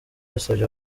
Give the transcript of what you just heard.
yasabye